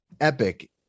epic